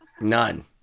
none